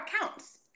counts